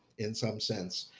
in some sense,